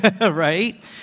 right